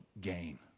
gain